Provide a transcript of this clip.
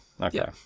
Okay